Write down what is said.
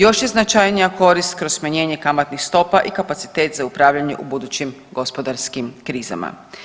Još je značajnija korist kroz smanjenje kamatnih stopa i kapacitet za upravljanje u budućim gospodarskim krizama.